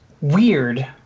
Weird